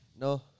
No